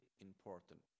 Important